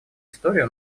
истории